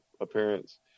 appearance